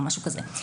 או משהו כזה.